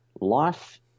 life –